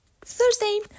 Thursday